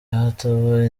hataba